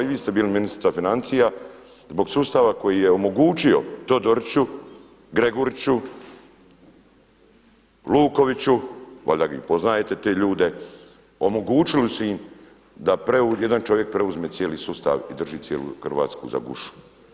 I vi ste bili ministrica financija, zbog sustava koji je omogućio Todoriću, Gregoriću, Lukoviću valjda poznajte te ljude, omogućili su im da jedan čovjek preuzme cijeli sustav i drži cijelu Hrvatsku za gušu.